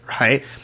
right